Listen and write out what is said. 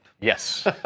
Yes